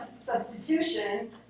substitution